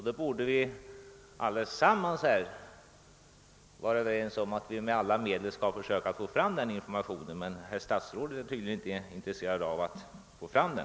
Då borde vi här vara överens om att vi med alla medel skall söka få fram den informationen, men herr statsrådet är tydligen inte intresserad av att få fram den.